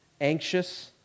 anxious